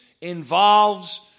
involves